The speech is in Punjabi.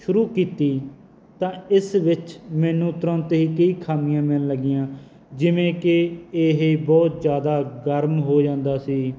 ਸ਼ੁਰੂ ਕੀਤੀ ਤਾਂ ਇਸ ਵਿੱਚ ਮੈਨੂੰ ਤੁਰੰਤ ਹੀ ਕਈ ਖਾਮੀਆਂ ਮਿਲਣ ਲੱਗੀਆਂ ਜਿਵੇਂ ਕਿ ਇਹ ਬਹੁਤ ਜ਼ਿਆਦਾ ਗਰਮ ਹੋ ਜਾਂਦਾ ਸੀ